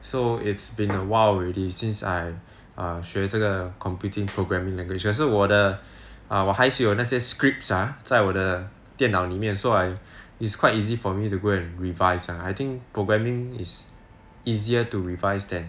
so it's been awhile already since I 学这个 computing programming language 可是我的 err 我还是有那些 scripts ah 在我的电脑里面 so I is quite easy for me to go and revise ah I think programming is easier to revise than